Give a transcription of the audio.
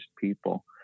people